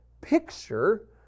picture